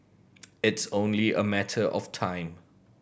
it's only a matter of time